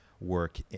work